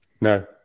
No